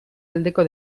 aldeko